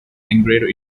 engraved